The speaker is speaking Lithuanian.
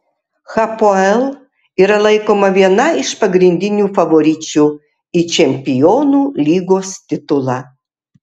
hapoel yra laikoma viena iš pagrindinių favoričių į čempionų lygos titulą